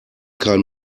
kein